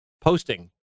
posting